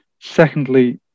secondly